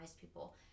people